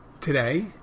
today